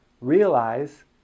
Realize